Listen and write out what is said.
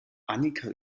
annika